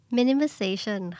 Minimization